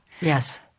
Yes